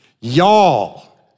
Y'all